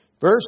Verse